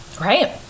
Right